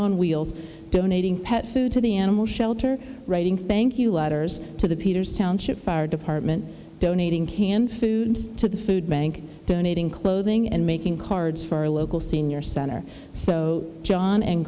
on wheels donating pet food to the animal shelter writing thank you letters to the peters township fire department donating canned food to the food bank donating clothing and making cards for a local senior center so john